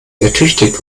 ertüchtigt